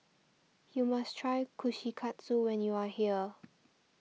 you must try Kushikatsu when you are here